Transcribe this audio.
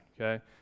okay